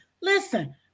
Listen